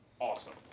awesome